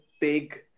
big